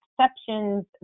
exceptions